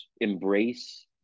embrace